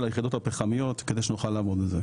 היחידות הפחמיות כדי שנוכל לעמוד בזה.